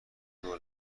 دور